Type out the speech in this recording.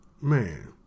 man